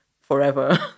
forever